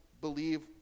believe